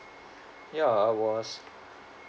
ya I was